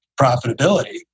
profitability